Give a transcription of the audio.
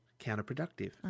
counterproductive